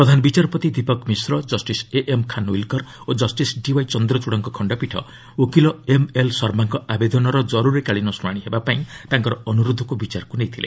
ପ୍ରଧାନ ବିଚାରପତି Dipak Mishra justice AM Khanwilkar ଓ justice DY ଚନ୍ଦ୍ରଚୂଡ଼ଙ୍କ ଖଣ୍ଡପୀଠ ଓକିଲ ଏମ୍ଏଲ୍ ଶର୍ମାଙ୍କ ଆବେଦନର ଜରୁରୀକାଳୀନ ଶୁଣାଣି ହେବାପାଇଁ ତାଙ୍କର ଅନୁରୋଧକୁ ବିଚାରକୁ ନେଇଥିଲେ